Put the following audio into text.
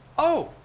oh!